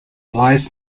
lies